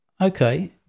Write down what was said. okay